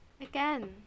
Again